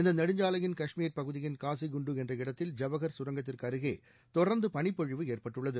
இந்த நெடுஞ்சாலையின் காஷ்மீர் பகுதியின் காஸிகுண்டு என்ற இடத்தில் ஜவகர் கரங்கத்திற்கு அருகே தொடர்ந்து பனிப்பொழிவு ஏற்பட்டுள்ளது